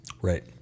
Right